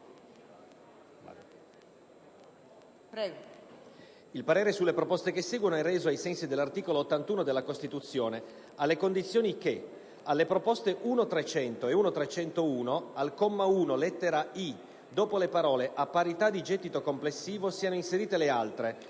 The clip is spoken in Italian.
Il parere sulle proposte che seguono è reso, ai sensi dell'articolo 81 della Costituzione, alle condizioni che: - alle proposte 1.300 e 1.301, al comma 1, lettera *i)*, dopo le parole: «a parità di gettito complessivo», siano inserite le altre: